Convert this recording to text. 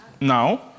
Now